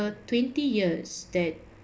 twenty years that